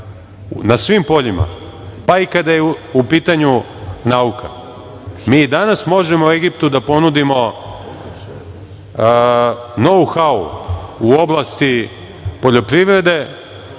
na svim poljima, pa i kada je u pitanju nauka. Mi i danas možemo Egiptu da ponudimo know-how u oblasti poljoprivrede,